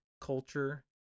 culture